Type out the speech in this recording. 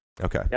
Okay